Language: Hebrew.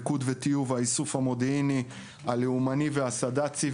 מיקוד וטיוב האיסוף המודיעיני הלאומני והסד"צי.